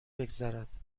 بگذرد